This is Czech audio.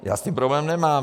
Já s tím problém nemám.